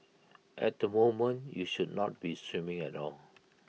at the moment you should not be swimming at all